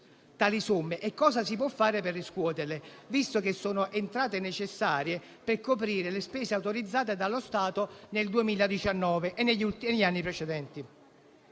riscosse e cosa si può fare per riscuoterle, visto che sono entrate necessarie per coprire le spese autorizzate dallo Stato nel 2019 e negli anni precedenti.